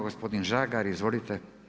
Gospodin Žagar, izvolite.